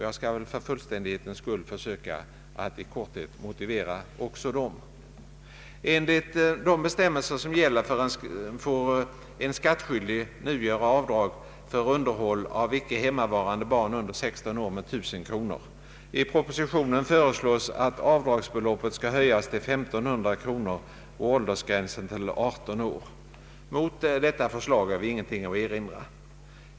Jag vill för fullständighetiens skull försöka att motivera även dem. Enligt de bestämmelser som nu gäller får en skattskyldig göra avdrag för underhåll av icke hemmavarande barn under 16 år med 1000 kronor. I propositionen föreslås att avdragsbeloppet skall höjas till 1500 kronor och åldersgränsen till 18 år. Mot detta förslag har vi ingenting att erinra.